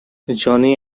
johnny